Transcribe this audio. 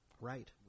Right